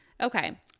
Okay